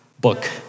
book